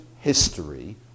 history